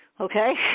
okay